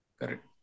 Correct